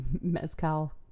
mezcal